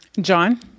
John